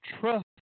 trust